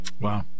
Wow